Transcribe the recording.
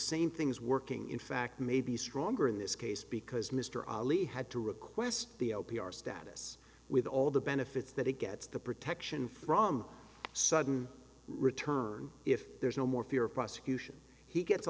same things working in fact may be stronger in this case because mr ali had to request the o p r status with all the benefits that he gets the protection from sudden return if there's no more fear of prosecution he gets a